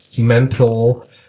mental